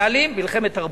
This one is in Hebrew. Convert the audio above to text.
מנהלים מלחמת תרבות.